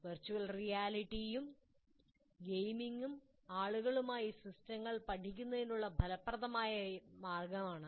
virtual റിയാലിറ്റിയും ഗെയിമിംഗും ആളുകളുമായി സിസ്റ്റങ്ങൾ പഠിക്കുന്നതിനുള്ള ഒരു ഫലപ്രദമായ മാർഗ്ഗമാണ്